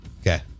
Okay